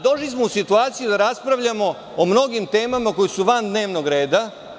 Došli smo u situaciju da raspravljamo o mnogim temama koji su van dnevnog reda.